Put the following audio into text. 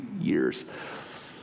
years